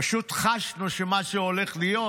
פשוט חשנו שמה שהולך להיות